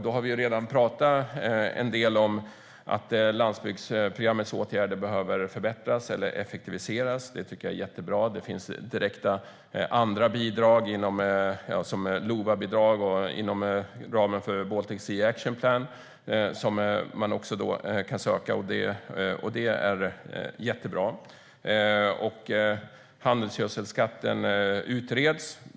Vi har redan talat en del om att landsbygdsprogrammets åtgärder behöver förbättras eller effektiviseras. Det tycker jag är jättebra. Det finns andra direkta bidrag man kan söka såsom LOVA-bidrag och bidrag inom ramen för Baltic Sea Action Plan. Det är också jättebra. Handelsgödselskatten utreds.